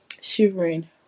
shivering